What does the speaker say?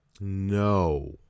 No